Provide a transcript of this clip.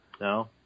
No